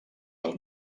del